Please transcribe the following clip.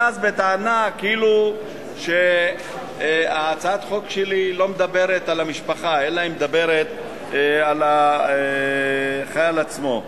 בטענה כאילו הצעת החוק שלי לא מדברת על המשפחה אלא מדברת על החייל עצמו.